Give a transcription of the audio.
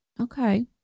Okay